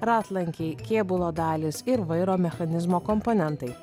ratlankiai kėbulo dalys ir vairo mechanizmo komponentai